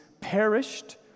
perished